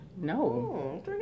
No